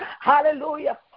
Hallelujah